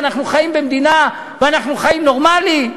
אנחנו חיים במדינה ואנחנו חיים נורמלי?